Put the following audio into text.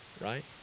right